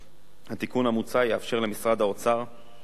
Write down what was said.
התיקון המוצע יאפשר למשרד האוצר גמישות